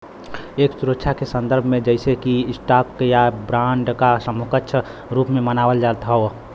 एक सुरक्षा के संदर्भ में जइसे कि स्टॉक या बांड या समकक्ष रूप में मानल जात हौ